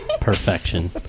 perfection